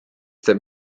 teeb